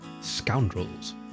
Scoundrels